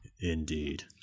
Indeed